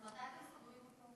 אז מתי אתם סוגרים אותו?